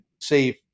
save